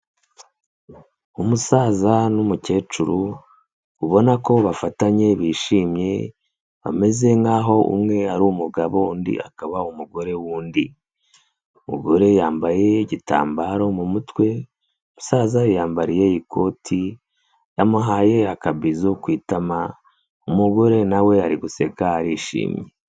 Umusaza n'umukecuru ubona ko bafatanye bishimye bameze nkaho umwe ari umugabo undi akaba umugore w'undi, umugore yambaye igitambaro mu mutwe, umusaza yiyambariye ikoti yamuhaye akabizu ku itama, umugore na we ari guseka arishimye.